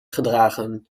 gedragen